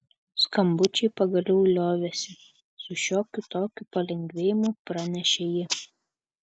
skambučiai pagaliau liovėsi su šiokiu tokiu palengvėjimu pranešė ji